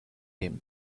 him